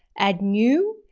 add new,